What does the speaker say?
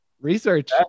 research